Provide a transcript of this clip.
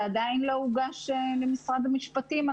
זה עדיין לא הוגש למשרד המשפטים.